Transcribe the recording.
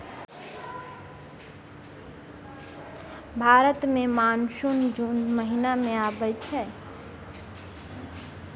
भारत मे मानसून जुन महीना मे आबय छै